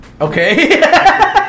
Okay